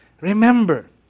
Remember